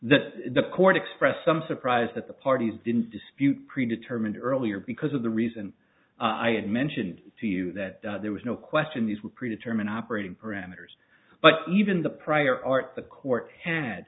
that the court expressed some surprise that the parties didn't dispute pre determined earlier because of the reason i had mentioned to you that there was no question these were pre determined operating parameters but even the prior art the court had